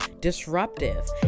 disruptive